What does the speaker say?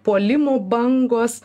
puolimo bangos